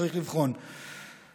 צריך לבחון את זה.